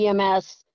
EMS